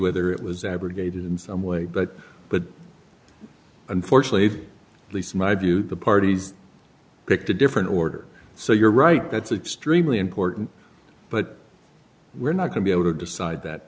whether it was abrogated in some way but but unfortunately at least in my view the party picked a different order so you're right that's extremely important but we're not going be able to decide that